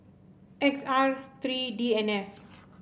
X R three D N F